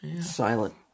silent